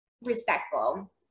respectful